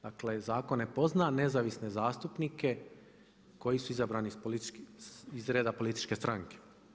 Dakle zakone ne pozna nezavisne zastupnike koji su izabrani iz reda političke stranke.